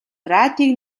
радийг